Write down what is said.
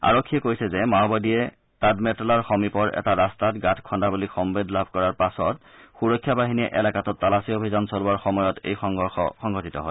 আৰক্ষীয়ে কৈছে যে মাওবাদীয়ে তাদমেটলাৰ সমীপৰ এটা ৰাস্তাত গাঁত খন্দা বুলি সম্ভেদ লাভ কৰাৰ পাছত সুৰক্ষা বাহিনীয়ে এলেকাটোত তালাচী অভিযান চলোৱাৰ সময়ত এই সংঘৰ্ষৰ সংঘটিত হয়